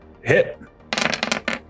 Hit